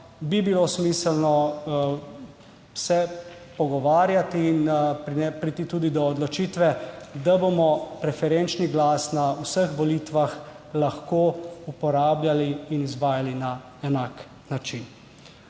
se bilo smiselno pogovarjati in priti tudi do odločitve, da bomo preferenčni glas lahko na vseh volitvah uporabljali in izvajali na enak način.